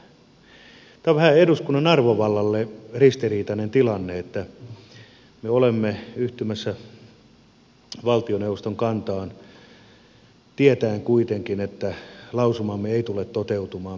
tämä on vähän eduskunnan arvovallalle ristiriitainen tilanne että me olemme yhtymässä valtioneuvoston kantaan tietäen kuitenkin että lausumamme ei tule toteutumaan missään muodossa